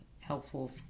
helpful